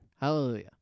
Hallelujah